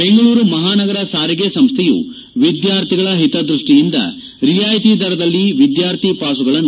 ಬೆಂಗಳೂರು ಮಹಾನಗರ ಸಾರಿಗೆ ಸಂಸ್ಥೆಯು ವಿದ್ಯಾರ್ಥಿಗಳ ಹಿತದ್ಯಕ್ಷಿಯಿಂದ ರಿಯಾಯಿತಿ ದರದಲ್ಲಿ ವಿದ್ಯಾರ್ಥಿ ಪಾಸುಗಳನ್ನು